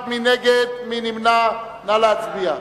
נא להצביע.